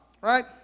right